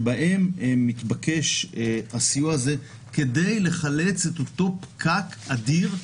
שבהם מתבקש הסיוע הזה, כדי לחלץ את אותו פקק אדיר,